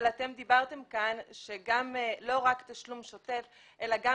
אבל אתם אמרתם כאן שלא רק תשלום שוטף אלא גם